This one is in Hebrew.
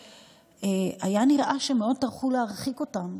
היה נראה שטרחו מאוד להרחיק אותם,